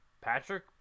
Patrick